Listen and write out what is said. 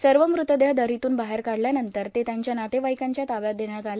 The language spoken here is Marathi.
सर्व मृतदेह दरीतून बाहेर काढल्यानंतर ते त्यांच्या नातेवाईकांच्या ताब्यात देण्यात आले